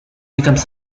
becomes